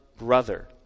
brother